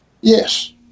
Yes